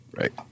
Right